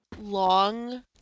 long